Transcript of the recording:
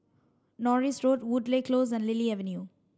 Norris Road Woodleigh Close and Lily Avenue